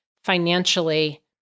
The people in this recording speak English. financially